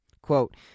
Quote